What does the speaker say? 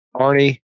Arnie